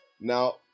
Now